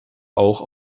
auch